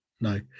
no